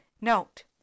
note